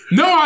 no